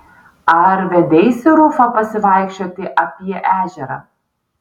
ar vedeisi rufą pasivaikščioti apie ežerą